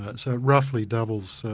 so it roughly doubles, so